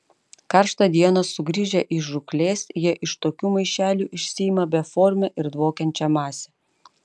karštą dieną sugrįžę iš žūklės jie iš tokių maišelių išsiima beformę ir dvokiančią masę